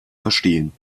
verstehen